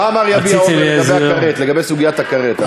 מה אמר "יביע אומר" לגבי הכרת, לגבי סוגיית הכרת.